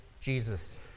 Jesus